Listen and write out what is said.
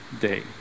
day